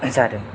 जादों